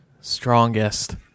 Strongest